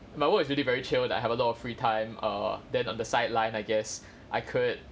my work is really very chill that I have a lot of free time err then on the sideline I guess I could